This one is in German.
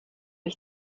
ich